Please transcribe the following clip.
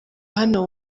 hano